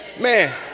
man